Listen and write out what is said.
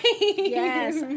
Yes